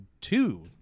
two